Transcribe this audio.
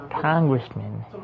congressman